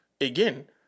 again